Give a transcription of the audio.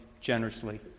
generously